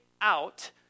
out